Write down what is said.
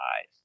eyes